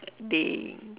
they